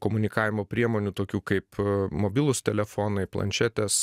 komunikavimo priemonių tokių kaip mobilūs telefonai planšetės